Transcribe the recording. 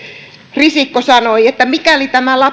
risikko sanoi että mikäli tämä